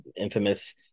infamous